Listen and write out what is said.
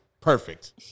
Perfect